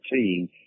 team